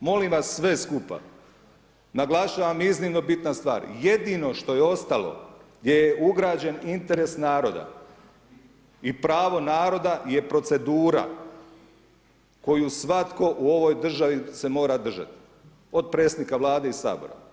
molim vas sve skupa, naglašavam, iznimno bitna stvar, jedino što je ostalo, gdje je ugrađen interes naroda, i pravo naroda je procedura koju svatko u ovoj državi se mora držati, od predsjednika Vlade i Sabora.